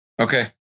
Okay